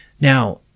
Now